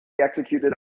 executed